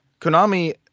Konami